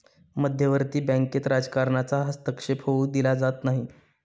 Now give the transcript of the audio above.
मध्यवर्ती बँकेत राजकारणाचा हस्तक्षेप होऊ दिला जात नाही